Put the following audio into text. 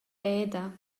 peda